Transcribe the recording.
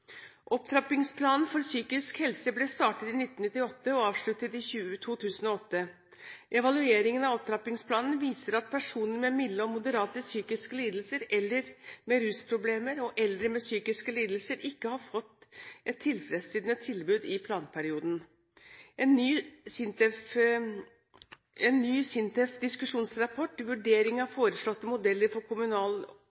Opptrappingsplanen for psykisk helse ble startet i 1998 og avsluttet i 2008. Evalueringen av opptrappingsplanen viser at personer med milde og moderate psykiske lidelser eller med rusproblemer og eldre med psykiske lidelser ikke har fått et tilfredsstillende tilbud i planperioden. En ny SINTEF-diskusjonsrapport, «Vurdering av foreslåtte modeller for kommunal medfinansiering av